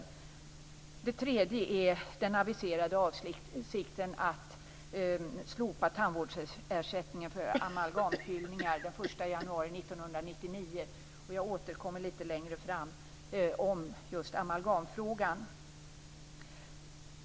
För det tredje gäller det den aviserade avsikten att den 1 januari 1999 slopa tandvårdsersättningen för amalgamfyllningar. Jag återkommer senare om just amalgamfrågan.